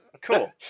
cool